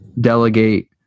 delegate